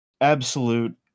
absolute